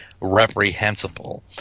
reprehensible